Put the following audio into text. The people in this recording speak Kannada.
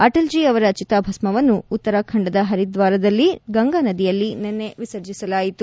ಅಟಲ್ ಜೀ ಅವರ ಚಿತಾಭಸ್ವನ್ನು ಉತ್ತರಾಖಂಡದ ಹರಿದ್ವಾರದಲ್ಲಿ ಗಂಗಾ ನದಿಯಲ್ಲಿ ನಿನ್ನೆ ವಿಸರ್ಜಿಸಲಾಯಿತು